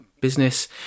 business